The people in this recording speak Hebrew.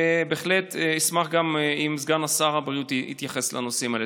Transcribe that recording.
ובהחלט אשמח אם סגן השר הבריאות יתייחס לנושאים האלה.